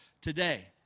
today